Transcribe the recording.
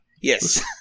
yes